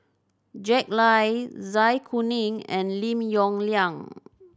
Jack Lai Zai Kuning and Lim Yong Liang